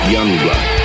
Youngblood